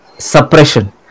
Suppression